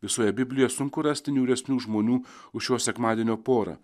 visoje biblijoje sunku rasti niūresnių žmonių už šio sekmadienio porą